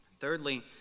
Thirdly